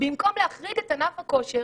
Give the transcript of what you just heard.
במקום להחריג את ענף הכושר,